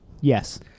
yes